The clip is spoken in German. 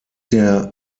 der